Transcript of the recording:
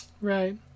Right